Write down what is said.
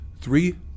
three